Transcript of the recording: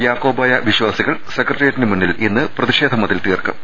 യാക്കോബായ വിശ്വാസികൾ സെക്രട്ടേറിയറ്റിന് മുന്നിൽ ഇന്ന് പ്രതിഷേധ മതിൽ തീർക്കും